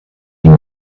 ihm